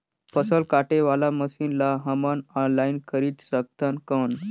फसल काटे वाला मशीन ला हमन ऑनलाइन खरीद सकथन कौन?